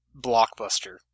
blockbuster